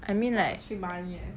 I mean like